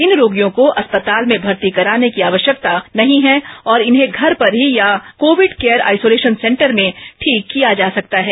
इन रोगियों को अस्पताल में भर्ती कराने की आवश्यकता नहीं है और इन्हें घर पर ही या कोविड केयर आइसोलेशन सेंटर में ठीक किया जा सकता है